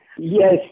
Yes